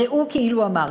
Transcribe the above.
ראו כאילו אמרתי.